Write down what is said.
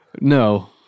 No